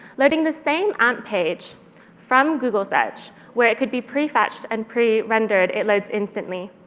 loading the same amp page from google search, where it could be pre-fetched and pre-rendered, it loads instantly.